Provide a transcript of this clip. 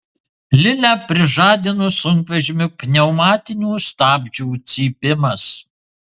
lilę prižadino sunkvežimio pneumatinių stabdžių cypimas